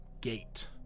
gate